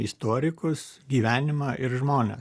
istorikus gyvenimą ir žmones